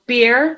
Beer